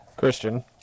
Christian